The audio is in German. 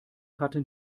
hatten